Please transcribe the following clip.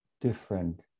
different